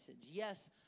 yes